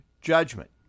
judgment